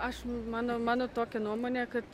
aš mano mano tokia nuomonė kad